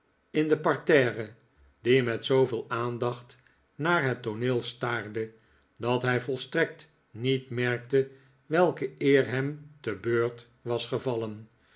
in de parterre die met zooveel aandacht naar het tooneel staarde dat hij volstrekt niet merkte welke eer hem te beurt was gevallen